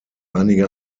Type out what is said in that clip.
einige